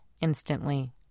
instantly